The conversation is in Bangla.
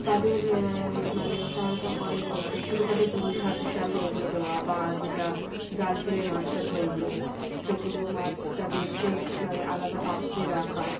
তাদের মানে সহায়তা করে বলতে ছোটোখাটো জিনিস হাতের সামনে এগিয়ে দেওয়া বা যেটা জাল ফেলে মাছটা ধরলো সেগুলো মাছটা বেছে মানে আলাদা পাত্রে রাখা